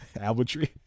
Albatree